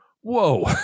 whoa